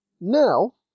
Now